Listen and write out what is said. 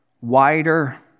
wider